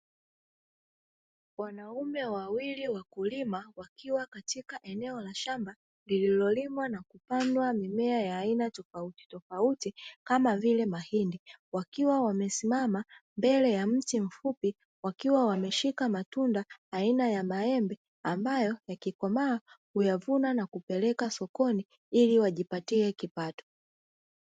Wanaume wawili wakulima wakiwa katika eneo la shamba lililolimwa na kupandwa miemea ya aina tofauti tofauti kama vile mahindi, wakiwa wamesimama mbele ya mti mfupi wakiwa wameshika matunda aina ya maembe ambayo yakikomaa huyavuna na kuyapeleka sokoni ili wajipatie kipato.